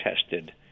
tested